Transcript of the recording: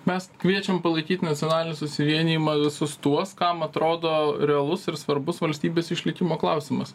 mes kviečiam palaikyt nacionalinį susivienijimą visus tuos kam atrodo realus ir svarbus valstybės išlikimo klausimas